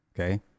Okay